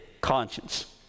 conscience